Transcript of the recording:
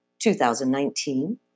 2019